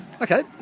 Okay